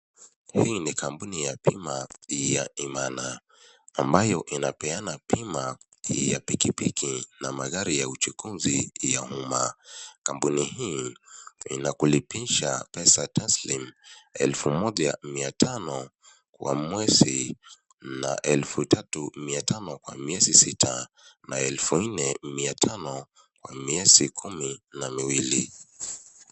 Hii ni kampuni ya bima ya Imana, ambayo inapeana bima ya pikipiki na magari ya uchukuzi ya umma. Kampuni hii inakulipisha pesa taslimu elfu moja mia tano kwa mwezi, na elfu tatu mia tano kwa miezi sita na elfu nne mia tano miezi kumi na miwili.